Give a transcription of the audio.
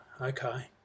Okay